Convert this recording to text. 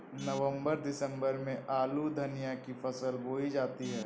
नवम्बर दिसम्बर में आलू धनिया की फसल बोई जाती है?